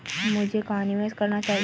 मुझे कहां निवेश करना चाहिए?